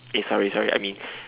eh sorry sorry I mean